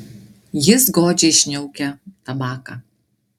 jis godžiai šniaukia tabaką